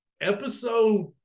episode